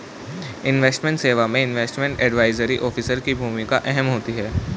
investment सेवा में investment advisory officer की भूमिका अहम होती है